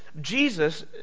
Jesus